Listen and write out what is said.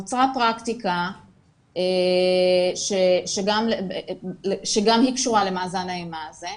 נוצרה פרקטיקה שגם היא קשורה למאזן האימה הזה,